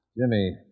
Jimmy